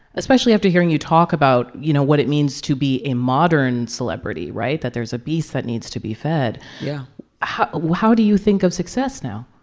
especially after hearing you talk about, you know, what it means to be a modern celebrity right? that there's a beast that needs to be fed yeah how how do you think of success now?